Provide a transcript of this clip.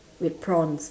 with prawns